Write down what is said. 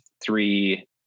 three